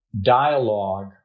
dialogue